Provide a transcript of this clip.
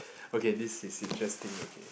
okay this is interesting okay